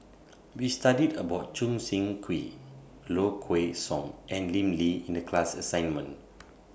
We studied about Choo Seng Quee Low Kway Song and Lim Lee in The class assignment